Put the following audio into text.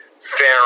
fair